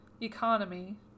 economy